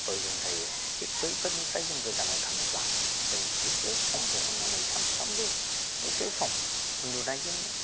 प्रयजन जायो थिख बैफोरनिफ्राय जों गोजानाव थानोब्ला जों एसे सम बहननानै सानफ्रामबो दसे सम उन्दुनायजों